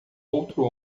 outro